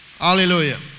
Hallelujah